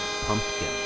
Pumpkin